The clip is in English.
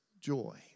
joy